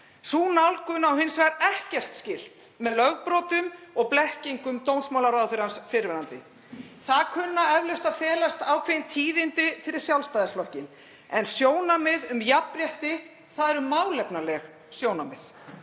Sú nálgun á hins vegar ekkert skylt við lögbrot og blekkingar dómsmálaráðherrans fyrrverandi. Í því kunna eflaust að felast ákveðin tíðindi fyrir Sjálfstæðisflokkinn en sjónarmið um jafnrétti eru málefnaleg sjónarmið